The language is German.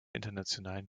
internationalen